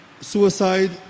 suicide